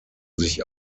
sich